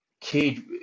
kid